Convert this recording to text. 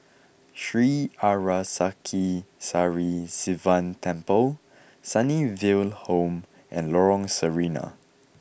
Sri Arasakesari Sivan Temple Sunnyville Home and Lorong Sarina